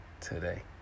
today